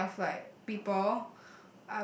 taking care of like people